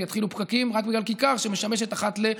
ויתחילו פקקים רק בגלל כיכר שמשמשת אחת ל-.